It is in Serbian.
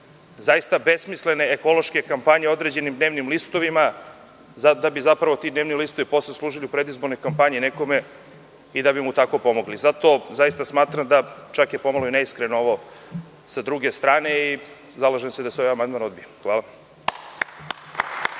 plaćalo besmislene ekološke kampanje određenim dnevnim listovima, kako bi ti dnevni listovi posle služili u predizbornoj kampanji nekome i da bi mu tako pomogli. Smatram, čak je po malo i neiskreno ovo sa druge strane, i zalažem se da se ovaj amandman odbije. **Maja